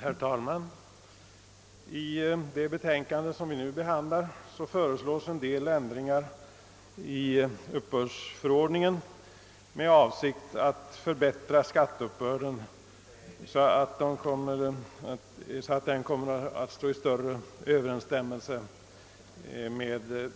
Herr talman! I det betänkande som nu behandlas föreslås vissa ändringar i uppbördsförordningen med avsikt att förbättra skatteuppbörden, så att det blir större överensstämmelse mellan